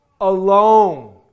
alone